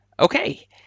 Okay